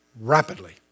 Rapidly